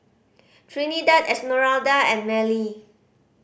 Trinidad Esmeralda and Mellie